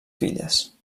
filles